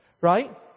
right